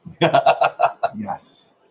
Yes